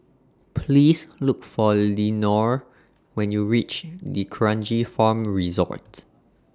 Please Look For Lenore when YOU REACH D'Kranji Farm Resort